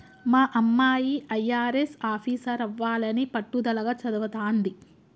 మా అమ్మాయి అయ్యారెస్ ఆఫీసరవ్వాలని పట్టుదలగా చదవతాంది